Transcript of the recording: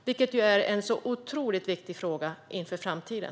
Det är otroligt viktigt inför framtiden.